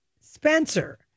Spencer